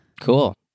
Cool